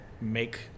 make